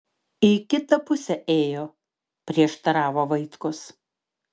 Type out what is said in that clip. į kitą pusę ėjo prieštaravo vaitkus